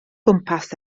gwmpas